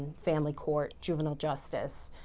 family court, juvenile justice.